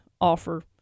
offer